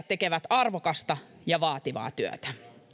tekevät arvokasta ja vaativaa työtä